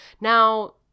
Now